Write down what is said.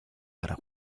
para